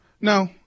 No